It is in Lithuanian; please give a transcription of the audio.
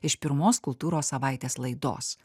iš pirmos kultūros savaitės laidos